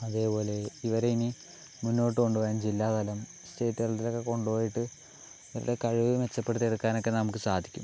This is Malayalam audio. അതേപോലെ ഇവരെ ഇനി മുന്നോട്ട് കൊണ്ടുപോകാൻ ജില്ലാതലം സ്റ്റേറ്റ് തലത്തിലൊക്കെ കൊണ്ടുപോയിട്ട് ഇവരുടെ കഴിവ് മെച്ചപ്പെടുത്തി എടുക്കാനൊക്കെ നമുക്ക് സാധിക്കും